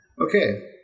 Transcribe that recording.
Okay